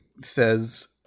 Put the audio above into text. says